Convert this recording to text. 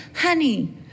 honey